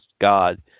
God